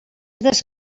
des